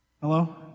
hello